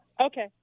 Okay